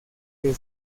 que